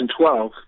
2012